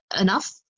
enough